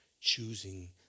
choosing